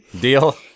Deal